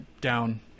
down